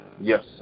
Yes